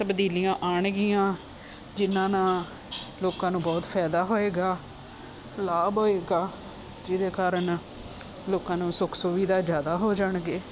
ਤਬਦੀਲੀਆਂ ਆਉਣਗੀਆਂ ਜਿਹਨਾਂ ਨਾਲ ਲੋਕਾਂ ਨੂੰ ਬਹੁਤ ਫਾਇਦਾ ਹੋਏਗਾ ਲਾਭ ਹੋਏਗਾ ਜਿਹਦੇ ਕਾਰਨ ਲੋਕਾਂ ਨੂੰ ਸੁੱਖ ਸੁਵਿਧਾ ਜ਼ਿਆਦਾ ਹੋ ਜਾਣਗੇ